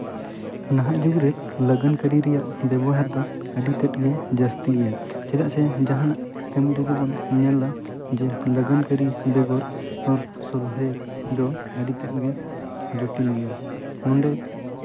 ᱱᱟᱦᱟᱜ ᱡᱩᱜᱽᱨᱮ ᱞᱟᱜᱟᱱ ᱠᱟᱹᱨᱤ ᱨᱮᱭᱟᱜ ᱵᱮᱵᱚᱦᱟᱨ ᱫᱚ ᱟᱹᱰᱤ ᱛᱮᱫ ᱜᱮ ᱡᱟᱹᱥᱛᱤ ᱜᱮᱭᱟ ᱪᱮᱫᱟᱜ ᱥᱮ ᱡᱟᱦᱟᱸᱱᱟᱜ ᱠᱟᱹᱢᱤ ᱨᱮᱜᱮ ᱵᱚᱱ ᱧᱮᱞ ᱮᱫᱟ ᱡᱮ ᱞᱟᱜᱟᱱ ᱠᱟᱹᱨᱤ ᱵᱮᱜᱚᱨ ᱦᱚᱨ ᱥᱚᱞᱦᱮ ᱫᱚ ᱟᱹᱰᱤ ᱛᱮᱫ ᱜᱮ ᱡᱚᱴᱤᱞ ᱜᱮᱭᱟ ᱱᱚᱰᱮ